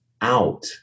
out